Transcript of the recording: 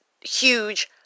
huge